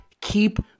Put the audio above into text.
keep